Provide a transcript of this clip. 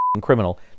criminal